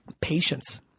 Patience